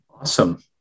Awesome